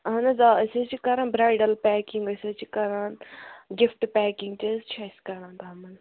اَہَن حظ آ أسۍ حظ چھِ کَران برٛایڈَل پیکِنٛگ أسۍ حظ چھِ کَران گِفٹہٕ پیکِنٛگ تہِ حظ چھِ اَسہِ کَران تِمَن